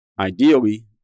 Ideally